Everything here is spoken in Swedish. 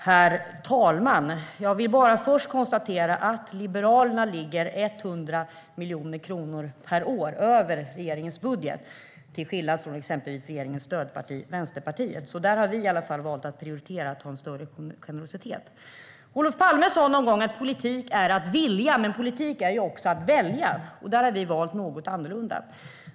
Herr talman! Jag vill bara först konstatera att Liberalerna ligger 100 miljoner kronor per år över regeringens budget, till skillnad från exempelvis regeringens stödparti Vänsterpartiet. Där har vi i alla fall valt att prioritera att ha en större generositet. Olof Palme sa någon gång att politik är att vilja. Men politik är ju också att välja. Där har vi valt något annorlunda.